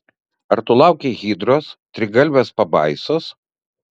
ar tu laukei hidros trigalvės pabaisos